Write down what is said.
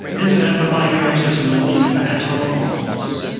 this is amplifying your accessibility with better authoring tools.